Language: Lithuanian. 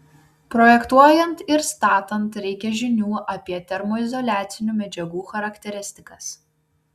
projektuojant ir statant reikia žinių apie termoizoliacinių medžiagų charakteristikas